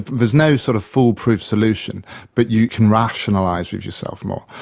there's no sort of foolproof solution but you can rationalise with yourself more.